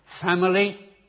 Family